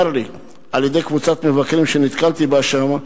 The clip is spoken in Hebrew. לי על-ידי קבוצת מבקרים שנתקלתי בה שם,